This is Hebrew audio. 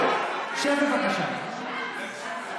אני קורא אותך לסדר פעם ראשונה, נא לשבת.